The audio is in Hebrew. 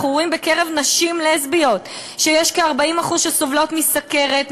אנחנו רואים בקרב נשים לסביות שכ-40% מהן סובלות מסוכרת,